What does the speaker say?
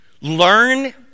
learn